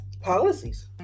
policies